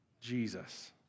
Jesus